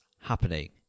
happening